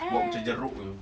buat macam jeruk itu